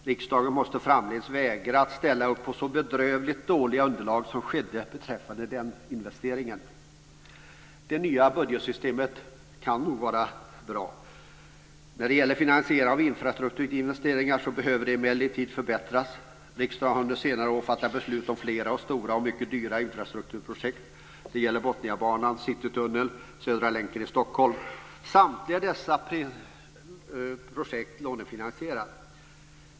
Riksdagen måste framdeles vägra att ställa upp på så bedrövligt dåliga underlag som skedde beträffande den investeringen. Det nya budgetsystemet kan nog vara bra. När det gäller finansieringen av infrastrukturinvesteringar behöver det emellertid förbättras. Riksdagen har under senare år fattat beslut om flera stora och mycket dyra infrastrukturprojekt. Det gäller Botniabanan, Citytunneln och Södra länken i Stockholm. Samtliga dessa projekt lånefinansieras.